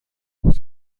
een